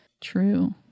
true